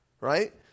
right